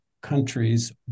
countries